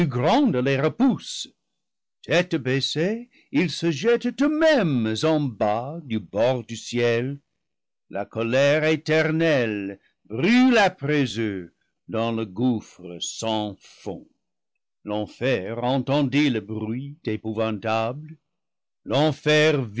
les re pousse tête baissée ils se jettent eux-mêmes en bas du bord du ciel la colère éternelle brûle après eux dans le goufffre sans fond l'enfer entendit le bruit épouvantable l'enfer